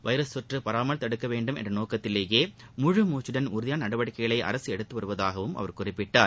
virus தொற்று பரவாமல் தடுக்க வேண்டும் என்ற நோக்கத்திலேயே முழு மூச்சுடன் உறுதியாள நடவடிக்கைகளை அரசு எடுத்து வருவதாகவும் அவர் குறிப்பிட்டார்